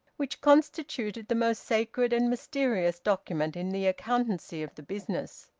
which constituted the most sacred and mysterious document in the accountancy of the business.